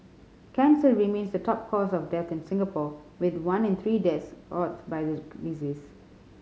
cancer remains the top cause of death in Singapore with one in three deaths caused by the disease